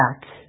back